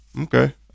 Okay